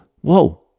whoa